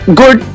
good